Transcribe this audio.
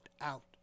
out